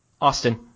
Austin